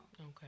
Okay